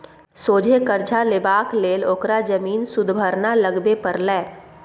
सोझे करजा लेबाक लेल ओकरा जमीन सुदभरना लगबे परलै